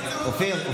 אופיר.